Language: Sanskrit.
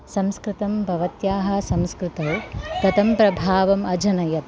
संस्कृतं भवत्याः संस्कृतौ कथं प्रभावम् अजनयत्